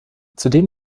zudem